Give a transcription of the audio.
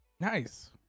Nice